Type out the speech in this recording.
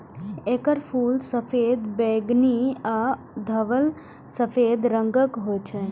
एकर फूल सफेद, बैंगनी आ धवल सफेद रंगक होइ छै